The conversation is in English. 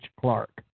Clark